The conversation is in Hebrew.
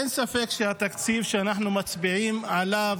אין ספק שהתקציב שאנחנו מצביעים עליו